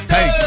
Hey